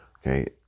Okay